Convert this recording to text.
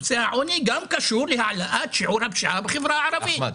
נושא העוני גם קשור להעלאת שיעור הפשיעה בחברה הערבית.